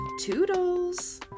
Toodles